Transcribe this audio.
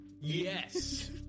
Yes